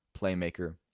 playmaker